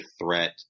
threat